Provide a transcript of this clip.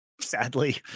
sadly